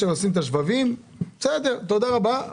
השבבים בפנים,